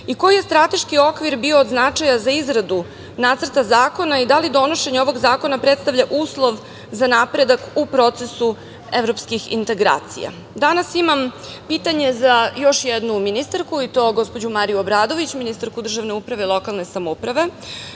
praksi? Koji je strateški okvir bio od značaja za izradu nacrta zakona i da li donošenje ovog zakona, predstavlja uslov za napredak u procesu evropskih integracija? Danas imam pitanje za još jednu ministarku, i to gospođu Mariju Obradović, ministarku državne uprave i lokalne samouprave,